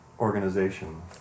organization